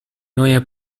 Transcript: neue